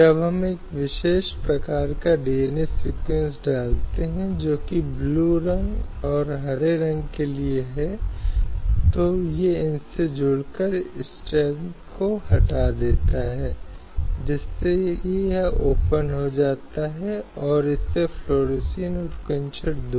इसलिए यहाँ हम एक ऐसी स्थिति देखते हैं जहाँ महिलाओं ने खुद को पूरी तरह से वंचित पाया है पूरी तरह से उपेक्षा की स्थिति में है और व्यक्तिगत कानून कहीं न कहीं उसकी भलाई और उसके सम्मानजनक जीवन की राह में आए हैं